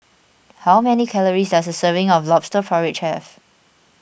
how many calories does a serving of Lobster Porridge have